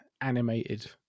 animated